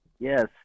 Yes